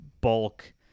bulk